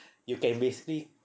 you can basically